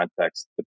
context